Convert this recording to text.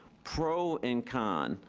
pro and con.